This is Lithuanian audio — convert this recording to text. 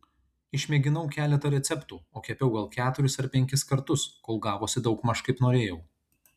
išmėginau keletą receptų o kepiau gal keturis ar penkis kartus kol gavosi daugmaž kaip norėjau